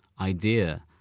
idea